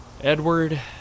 Edward